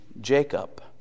Jacob